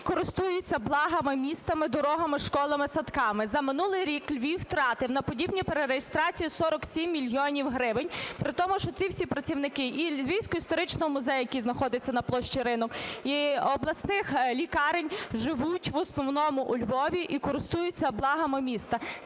користуються благами міста: дорогами, школами, садками. За минулий рік Львів втратив на подібні перереєстрації 47 мільйонів гривень. При тому, що ці всі працівники і Львівського історичного музею, який знаходиться на площі Ринок, і обласних лікарень живуть в основному у Львові і користуються благами міста.